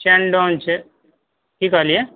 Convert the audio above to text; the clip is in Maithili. चेनडोन छै की कहलियै